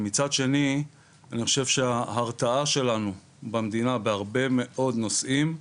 אני חייבת להגיד שהרבה פעמים דיברת על הבית,